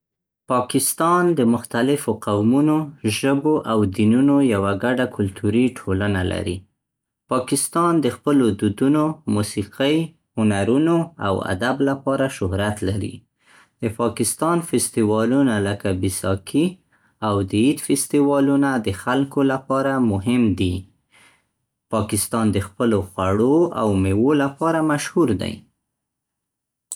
پاکستان د مختلفو قومونو، ژبو او دینونو یوه ګډه کلتوري ټولنه لري. پاکستان د خپلو دودونو، موسیقۍ، هنرونو او ادب لپاره شهرت لري. د پاکستان فستیوالونه لکه بیساکي او د عید فستیوالونه د خلکو لپاره مهم دي. پاکستان د خپلو خوړو او مېوو لپاره مشهور دی.